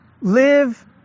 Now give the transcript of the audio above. Live